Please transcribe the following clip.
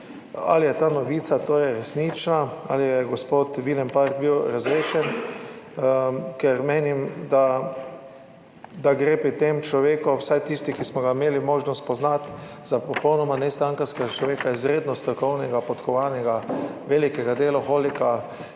Ali je ta novica resnična, je bil gospod Willenpart razrešen? Menim, da gre pri tem človeku – vsaj tisti, ki smo ga imeli možnost spoznati – za popolnoma nestrankarskega človeka, izredno strokovnega, podkovanega, velikega deloholika,